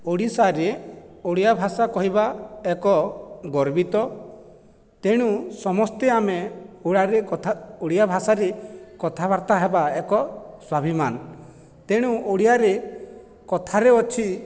ଓଡ଼ିଶାରେ ଓଡ଼ିଆ ଭାଷା କହିବା ଏକ ଗର୍ବିତ ତେଣୁ ସମସ୍ତେ ଆମେ ଓରାରେ କଥା ଓଡ଼ିଆ ଭାଷାରେ କଥାବାର୍ତ୍ତା ହେବା ଏକ ସ୍ଵାଭିବାନ ତେଣୁ ଓଡ଼ିଆରେ କଥାରେ ଅଛି